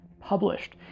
published